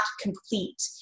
complete